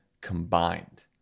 combined